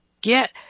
Get